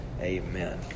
Amen